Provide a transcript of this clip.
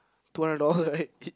two hundred dollar right